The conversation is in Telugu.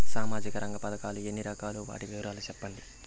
సామాజిక రంగ పథకాలు ఎన్ని రకాలు? వాటి వివరాలు సెప్పండి